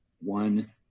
one